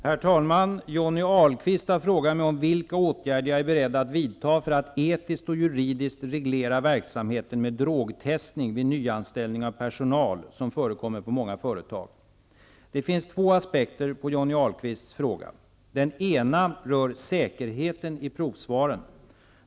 Herr talman! Johnny Ahlqvist har frågat mig vilka åtgärder jag är beredd att vidta för att etiskt och juridiskt reglera verksamheten med drogtestning vid nyanställning av personal som förekommer på många företag. Det finns två aspekter på Johnny Ahlqvists fråga. Den ena rör säkerheten i provsvaren.